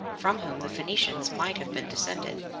from whom the phoenicians might have been descended.